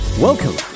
Welcome